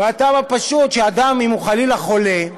מהטעם הפשוט שאדם, אם הוא חלילה חולה,